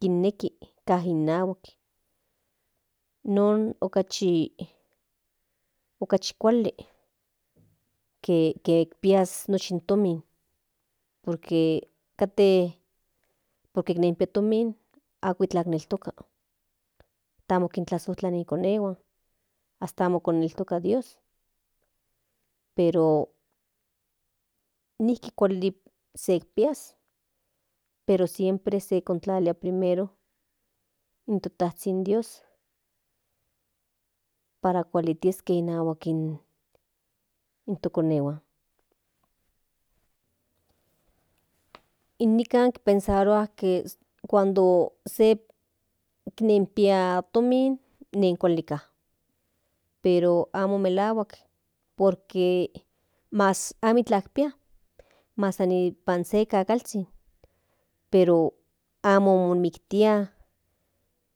Kinneki ka mo nahuak non okachi kuali ke kinpias nochi in tomin por que katen de nikinpia tomin ako iklan niltoka amo kintlazojtla ni konehuan hasta amo kineltoka dios pero nijki kuali sek pias pero siempre se kontlalia primero in to tzhin dios para kuali tiske inahuak in to konehuan nikan pensarua cuando se kinpia tomin nen kuali ka pero amo melahuak por que mas amiklan pia mas se kakalzhin pero amo momiktia